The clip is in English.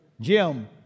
Jim